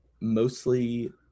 mostly